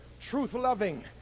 truth-loving